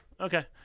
Okay